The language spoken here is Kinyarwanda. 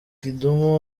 kidum